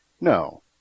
no